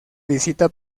visita